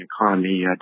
economy